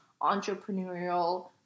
entrepreneurial